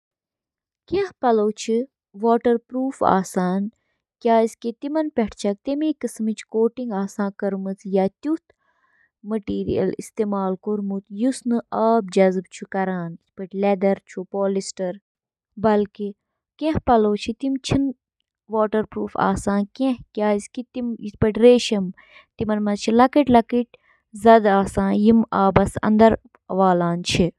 Washing machine چھِ washer کہِ ناوٕ سۭتۍ تہِ زاننہٕ یِوان سۄ مِشیٖن یۄس گنٛدٕ پَلو چھِ واتناوان۔ اَتھ منٛز چھِ اکھ بیرل یَتھ منٛز پلو چھِ تھاونہٕ یِوان۔